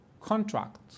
contract